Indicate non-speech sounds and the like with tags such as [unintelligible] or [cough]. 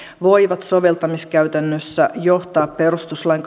voivat soveltamiskäytännössä johtaa perustuslain [unintelligible]